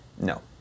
No